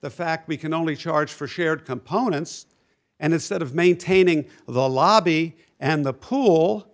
the fact we can only charge for shared components and instead of maintaining the lobby and the pool